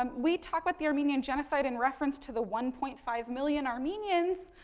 um we talk with the armenian genocide in reference to the one point five million armenians.